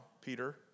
Peter